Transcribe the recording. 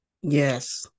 Yes